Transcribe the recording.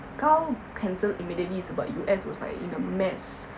kau cancelled immediately sebab U_S was like in a mess